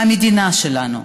המדינה שלנו,